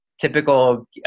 typical